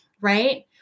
right